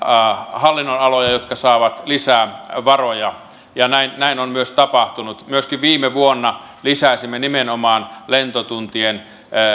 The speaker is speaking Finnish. hallinnonaloja jotka saavat lisää varoja ja näin näin on myös tapahtunut myöskin viime vuonna lisäsimme nimenomaan lentotunteihin